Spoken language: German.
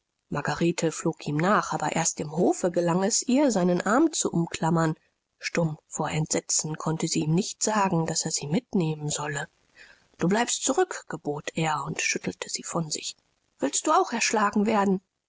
margarete flog ihm nach aber erst im hofe gelang es ihr seinen arm zu umklammern stumm vor entsetzen konnte sie ihm nicht sagen daß er sie mitnehmen solle du bleibst zurück gebot er und schüttelte sie von sich willst du auch erschlagen werden